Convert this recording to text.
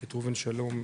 את ראובן שלום,